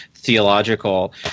theological